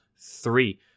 three